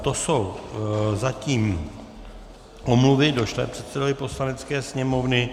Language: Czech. To jsou zatím omluvy došlé předsedovi Poslanecké sněmovny.